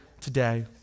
today